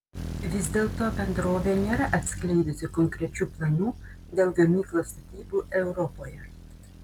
vis dėlto bendrovė nėra atskleidusi konkrečių planų dėl gamyklos statybų europoje